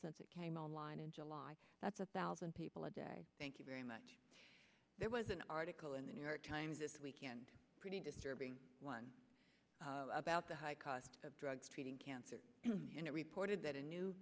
since it came online in july that's a thousand people a day thank you very much there was an article in the new york times this weekend pretty disturbing one about the high cost of drugs treating cancer in a reported that a new